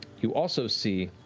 you also see,